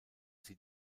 sie